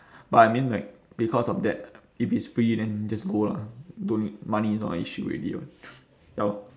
but I mean like because of that if it's free then just go lah don't need money is not an issue already [what] ya orh